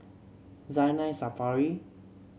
Zainal Sapari